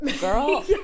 girl